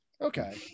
okay